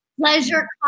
pleasure